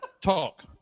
talk